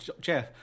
Jeff